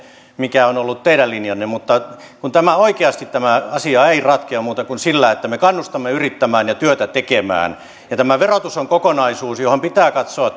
mikä on ollut teidän linjanne mutta oikeasti tämä asia ei ratkea muuta kuin sillä että me kannustamme yrittämään ja työtä tekemään tämä verotus on kokonaisuus jossa pitää katsoa